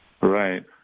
Right